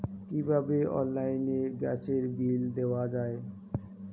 কিভাবে অনলাইনে গ্যাসের বিল দেওয়া যায়?